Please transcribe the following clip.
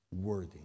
worthy